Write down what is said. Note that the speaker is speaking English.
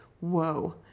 whoa